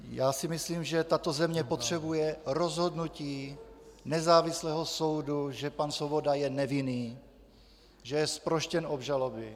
Já si myslím, že tato země potřebuje rozhodnutí nezávislého soudu, že pan Svoboda je nevinný, že je zproštěn obžaloby.